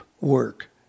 work